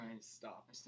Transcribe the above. stop